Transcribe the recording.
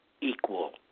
equal